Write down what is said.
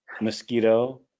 mosquito